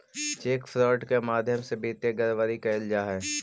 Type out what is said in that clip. cheque fraud के माध्यम से वित्तीय गड़बड़ी कैल जा हइ